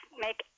make